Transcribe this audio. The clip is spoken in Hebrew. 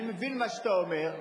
אני מבין מה שאתה אומר.